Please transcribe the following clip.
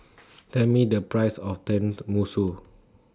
Tell Me The Price of Tenmusu